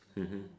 mmhmm